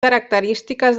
característiques